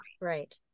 Right